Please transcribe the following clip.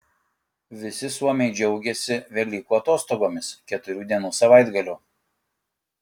visi suomiai džiaugiasi velykų atostogomis keturių dienų savaitgaliu